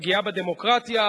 פגיעה בדמוקרטיה,